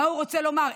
מה הוא רוצה לומר,